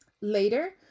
later